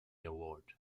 award